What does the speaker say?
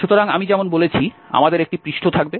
সুতরাং আমি যেমন বলেছি আমাদের একটি পৃষ্ঠ থাকবে